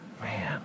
man